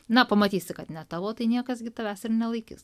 na pamatysi kad ne tavo tai niekas gi tavęs ir nelaikys